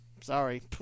sorry